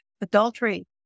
adultery